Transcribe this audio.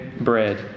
bread